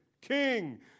King